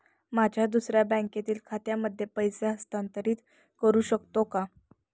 माझ्या दुसऱ्या बँकेतील खात्यामध्ये पैसे हस्तांतरित करू शकतो का?